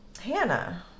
Hannah